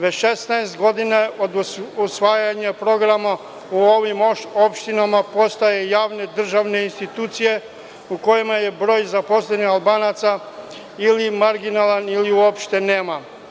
Već 16 godina od usvajanja programa u ovim opštinama postoje javne državne institucije u kojima je broj zaposlenih Albanaca ili marginalan ili ih uopšte nema.